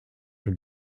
are